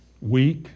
weak